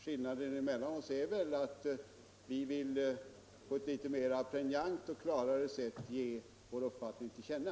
Skillnaden mellan oss är väl att vi reservanter litet mera pregnant vill ge vår uppfattning till känna.